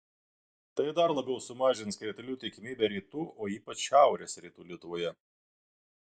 tai dar labiau sumažins kritulių tikimybę rytų o ypač šiaurės rytų lietuvoje